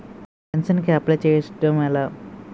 Pension కి apply చేసుకోవడం ఎలా?